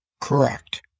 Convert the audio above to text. correct